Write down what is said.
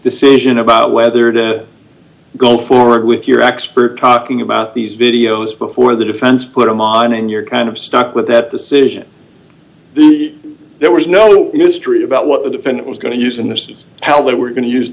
decision about whether to go forward with your expert tocking about these videos before the defense put them on and your kind of stuck with that decision there was no mystery about what the defendant was going to use and this is how we were going to use